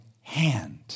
hand